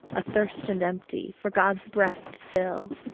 athirst and empty, for god's breath to fill.